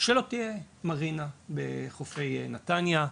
שלא תהיה מרינה בחופי נתניה.